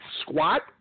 squat